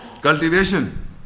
cultivation